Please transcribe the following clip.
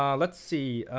um let's see,